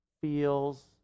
feels